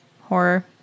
horror